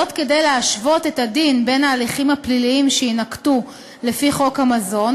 כדי להשוות את הדין בין ההליכים הפליליים שיינקטו לפי חוק המזון